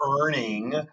earning